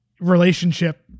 relationship